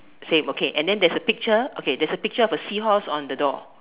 same okay and then there's a picture there's a picture of a seahorse on the door